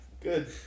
good